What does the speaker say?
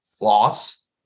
loss